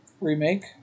remake